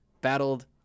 battled